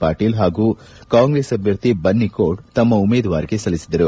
ಪಾಟೀಲ್ ಹಾಗೂ ಕಾಂಗ್ರೆಸ್ ಅಭ್ವರ್ಥಿ ಬನ್ನಿಕೋಡ್ ಉಮೇದುವಾರಿಕೆ ಸಲ್ಲಿಸಿದರು